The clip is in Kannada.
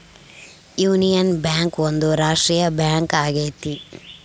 ಯೂನಿಯನ್ ಬ್ಯಾಂಕ್ ಒಂದು ರಾಷ್ಟ್ರೀಯ ಬ್ಯಾಂಕ್ ಆಗೈತಿ